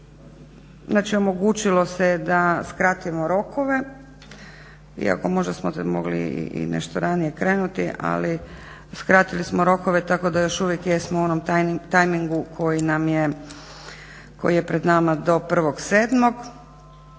znači omogućilo se da skratimo rokove, iako možda smo to mogli i nešto ranije krenuti ali skratili smo rokove tako da još uvijek jesmo u onom tajmingu koji je pred nama do 1.7.